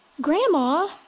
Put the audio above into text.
Grandma